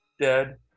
Dead